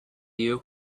you